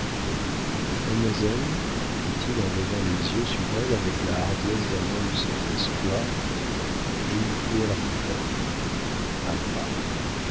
mademoiselle dit-il en levant les yeux sur elle avec la hardiesse d'un homme sans espoir j'ai une prière à vous faire a moi